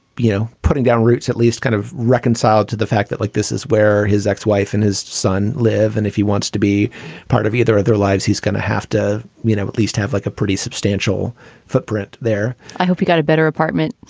you know putting down roots at least kind of reconciled to the fact that, like this is where his ex-wife and his son live, and if he wants to be part of either of their lives, he's going to have to, you know, at least have like a pretty substantial footprint there. i hope he got a better apartment.